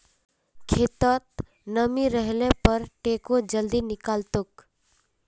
खेतत नमी रहले पर टेको जल्दी निकलतोक